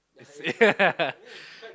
it's yeah